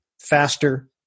Faster